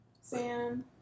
Sam